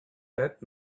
that